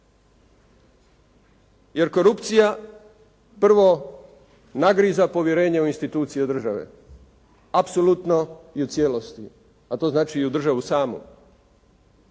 Jer korupcija prvo nagriza povjerenje u institucije države, apsolutno i u cijelosti, a to znači i u državu samu.